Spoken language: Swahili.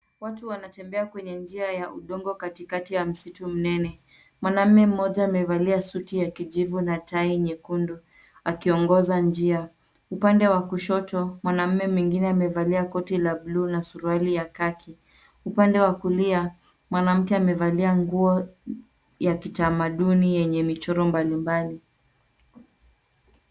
Watu wanatembea kwenye njia ya udongo katikati ya msitu mnene. Mwanaume mmoja amevalia suti ya kijivu na tai nyekundu ,akiongoza njia .Upande wa kushoto mwanaume mwingine amevalia koti la bluu na suruali ya kaki. Upande wa kulia mwanamke amevalia nguo ya kitamaduni yenye michoro mbalimbali.